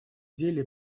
деле